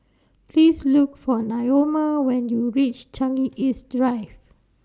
Please Look For Naoma when YOU REACH Changi East Drive